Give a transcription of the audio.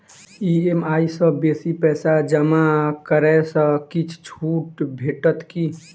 EMI सँ बेसी पैसा जमा करै सँ किछ छुट भेटत की?